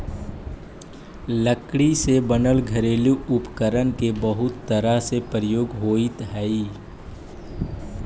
लकड़ी से बनल घरेलू उपकरण के बहुत तरह से प्रयोग होइत हइ